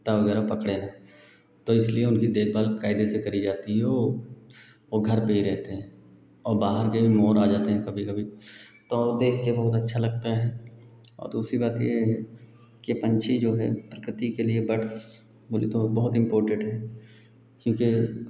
कुत्ता वगैरह पकड़े न तो इसलिए उनकी देखभाल कायदे से करी जाती है और वह घर पर ही रहते हैं और बाहर के मोर आ जाते हैं कभी कभी तो देख कर बहुत अच्छा लगता है औ दूसरी बात यह है कि पक्षी जो है प्रकृति के लिए बड्स बोले तो बहुत इम्पोर्टेन्ट हैं क्योंकि